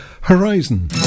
Horizon